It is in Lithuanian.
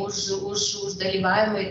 už už dalyvavimą